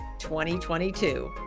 2022